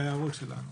ההערות שלנו.